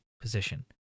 position